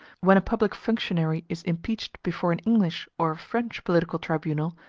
when a public functionary is impeached before an english or a french political tribunal,